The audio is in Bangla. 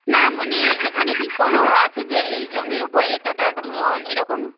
না মানে এখানে কি কোনো আছে যে এই জমির উপর এতটা লোন এরকম